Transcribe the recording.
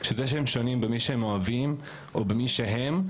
שזה שהם שונים במי שהם אוהבים או במי שהם,